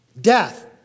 Death